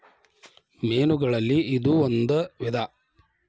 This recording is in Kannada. ಮೇನುಗಳಲ್ಲಿ ಇದು ಒಂದ ವಿಧಾ